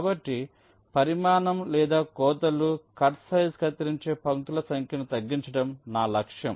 కాబట్టి పరిమాణం లేదా కోతలు కట్సైజ్ కత్తిరించే పంక్తుల సంఖ్యను తగ్గించడం నా లక్ష్యం